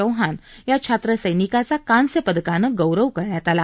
चौहान या छात्रसैनिकाचा कांस्य पदकानं गौरव करण्यात आला